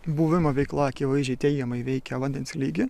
buvimo veikla akivaizdžiai teigiamai veikia vandens lygį